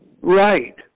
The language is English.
Right